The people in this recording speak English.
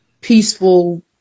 peaceful